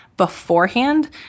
beforehand